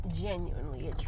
genuinely